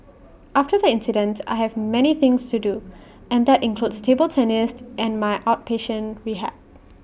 after the accident I have many things to do and that includes table tennis and my outpatient rehab